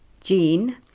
gene